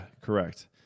correct